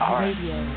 radio